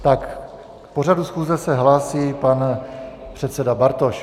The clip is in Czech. K pořadu schůze se hlásí pan předseda Bartoš.